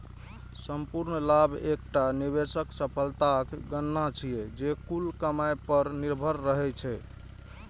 संपूर्ण लाभ एकटा निवेशक सफलताक गणना छियै, जे कुल कमाइ पर निर्भर रहै छै